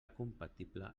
compatible